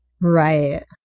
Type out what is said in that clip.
Right